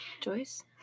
Joyce